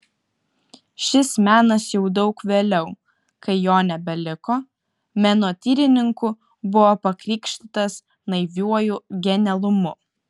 šis menas jau daug vėliau kai jo nebeliko menotyrininkų buvo pakrikštytas naiviuoju genialumu